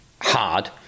hard